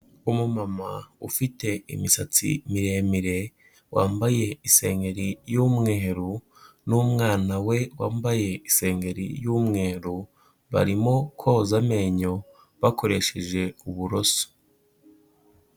Umumama ufite imisatsi miremire, wambaye isengeri y'umweru n'umwana we wambaye isengeri y'umweru, barimo koza amenyo bakoresheje uburoso.